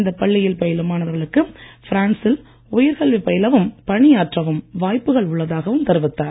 இந்தப் பள்ளியில் பயிலும் மாணவர்களுக்கு பிரான்சில் உயர்கல்வி பயிலவும் பணியாற்றவும் வாய்ப்புகள் உள்ளதாகவும் தெரிவித்தார்